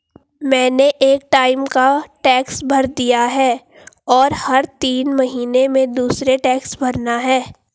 मैंने एक टाइम का टैक्स भर दिया है, और हर तीन महीने में दूसरे टैक्स भरना है